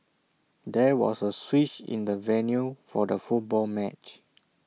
there was A switch in the venue for the football match